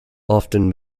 often